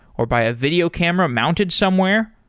or by a video camera mounted somewhere.